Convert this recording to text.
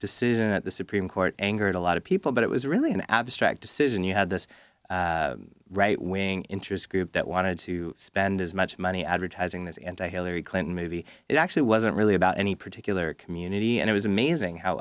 decision at the supreme court angered a lot of people but it was really an abstract decision you had this right wing interest group that wanted to spend as much money advertising this and to hillary clinton maybe it actually wasn't really about any particular community and it was amazing how